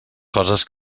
coses